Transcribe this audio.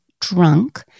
drunk